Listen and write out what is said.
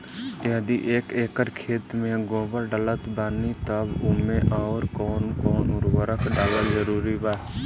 यदि एक एकर खेत मे गोबर डालत बानी तब ओमे आउर् कौन कौन उर्वरक डालल जरूरी बा?